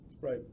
Right